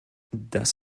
das